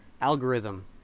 algorithm